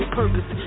purpose